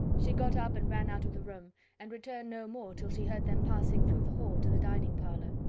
she got up, and ran out of the room and returned no more, till she heard them passing through the hall to the dining parlour.